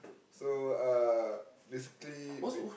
so uh basically we